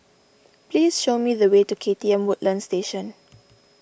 please show me the way to K T M Woodlands Station